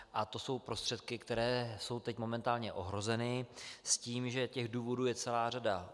A to jsou prostředky, které jsou teď momentálně ohroženy s tím, že těch důvodů je celá řada.